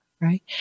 right